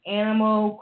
animal